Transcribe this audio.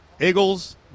Eagles